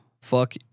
Fuck